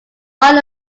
won